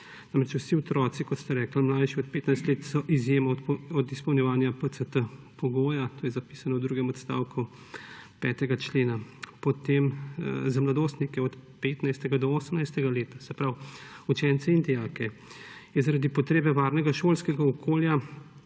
vsi otroci, kot ste rekli, mlajši od 15 let, so izjema od izpolnjevala pogoja PCT, to je zapisano v drugem odstavku 5. člena. Potem je za mladostnike od 15. do 18. leta, se pravi učence in dijake, zaradi potrebe varnega šolskega okolja